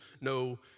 no